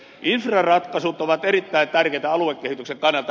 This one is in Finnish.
infraratkaisut ovat erittäin tärkeitä aluekehityksen kannalta